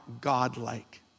God-like